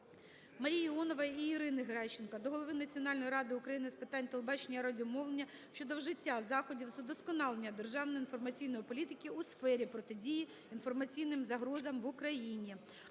МаріїІонової і Ірини Геращенко до голови Національної ради України з питань телебачення і радіомовлення щодо вжиття заходів з удосконалення державної інформаційної політики у сфері протидії інформаційним загрозам в Україні.